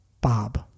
Bob